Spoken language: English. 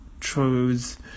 chose